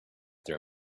their